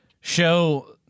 Show